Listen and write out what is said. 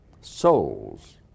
Souls